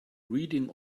reading